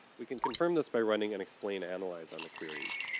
we can confirm this by running an explain analyze on the queries,